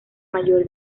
mayor